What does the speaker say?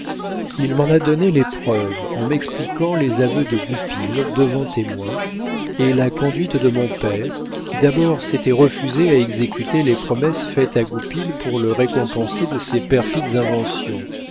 il m'en a donné les preuves en m'expliquant les aveux de goupil devant témoins et la conduite de mon père qui d'abord s'était refusé à exécuter les promesses faites à goupil pour le récompenser de ses perfides inventions